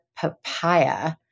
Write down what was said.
Papaya